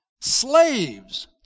slaves